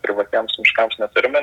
privatiems miškams neturime